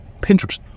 Pinterest